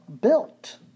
built